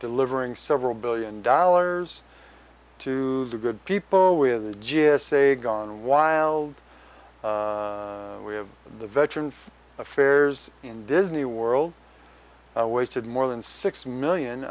delivering several billion dollars to the good people with the g s a gone wild we have the veterans affairs in disney world wasted more than six million